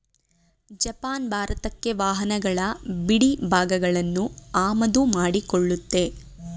Japan ಭಾರತಕ್ಕೆ ವಾಹನಗಳ ಬಿಡಿಭಾಗಗಳನ್ನು ಆಮದು ಮಾಡಿಕೊಳ್ಳುತ್ತೆ